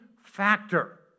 factor